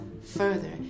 further